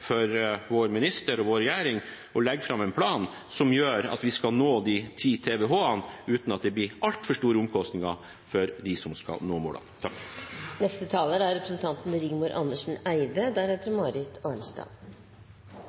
for vår minister og vår regjering å legge fram en plan som gjør at vi skal nå de 10 TWh-ene, uten at det blir altfor store omkostninger for dem som skal nå